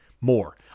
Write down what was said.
more